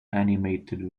animated